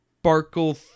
Sparkle